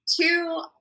two